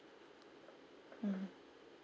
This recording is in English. mm